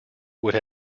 would